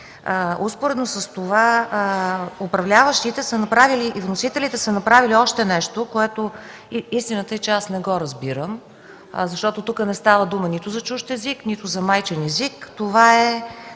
Успоредно с това управляващите и вносителите са направили още нещо, което, истината е, че не го разбирам, защото тук не става дума нито за чужд език, нито за майчин език.